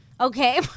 Okay